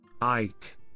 Ike